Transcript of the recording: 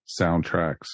soundtracks